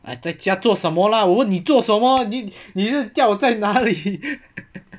在家做什么 lah 我问你做什么你吊在那里